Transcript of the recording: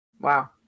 Wow